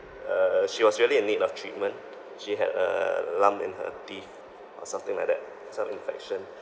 uh she was really in need of treatment she had a lump in her teeth or something like that some infection